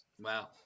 Wow